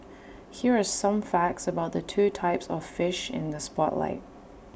here are some facts about the two types of fish in the spotlight